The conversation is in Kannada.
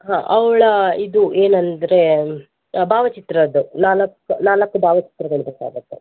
ಹಾಂ ಅವಳ ಇದು ಏನು ಅಂದರೆ ಭಾವಚಿತ್ರದ್ದು ನಾಲ್ಕು ನಾಲ್ಕು ಭಾವಚಿತ್ರಗಳು ಬೇಕಾಗುತ್ತೆ